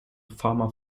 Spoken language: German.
farmer